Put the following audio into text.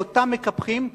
שאותם מקפחים,